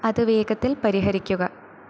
അത് വേഗത്തിൽ പരിഹരിക്കുക